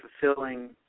fulfilling